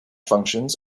functions